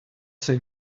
say